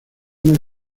una